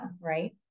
right